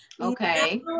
Okay